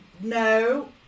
no